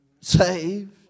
saved